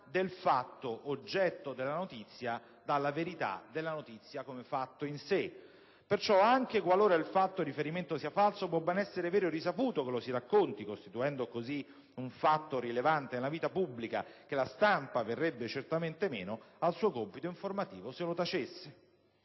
del fatto oggetto della notizia dalla verità della notizia come fatto in sé. Perciò, anche qualora il fatto riferimento sia falso, può ben essere vero e risaputo che lo si racconti, costituendo così un fatto rilevante nella vita pubblica che la stampa verrebbe certamente meno al suo compito informativo se lo tacesse.